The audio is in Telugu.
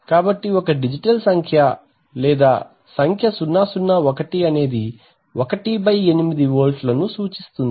కాబట్టి 1 డిజిటల్ లేదా సంఖ్య 001 అనేది 18 వోల్ట్లను సూచిస్తుంది